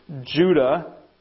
Judah